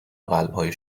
قلبهای